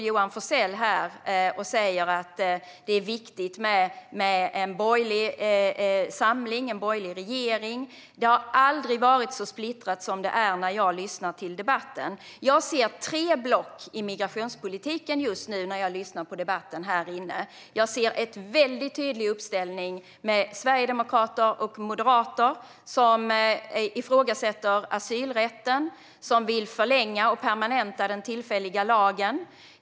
Johan Forssell står här och säger att det är viktigt med en borgerlig samling och en borgerlig regering. Men det har aldrig varit så splittrat som nu, att döma av debatten. Jag ser just nu tre block i migrationspolitiken när jag lyssnar på debatten här inne. Jag ser en väldigt tydlig uppställning. Sverigedemokrater och moderater ifrågasätter asylrätten och vill förlänga och permanenta den tillfälliga lagen.